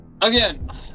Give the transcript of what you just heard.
again